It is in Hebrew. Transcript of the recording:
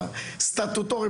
סטטוטורית,